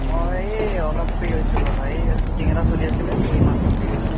অঁ এই অলপ ফ্ৰী হৈছো ৰ'বা এই শ্বুটিং এটা চলি আছিলে এইমাত্ৰ ফ্ৰী হৈছোঁ